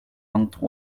quatre